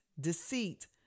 deceit